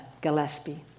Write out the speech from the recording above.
Gillespie